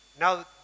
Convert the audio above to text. Now